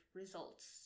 results